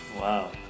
Wow